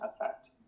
effect